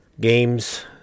games